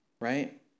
Right